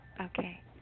Okay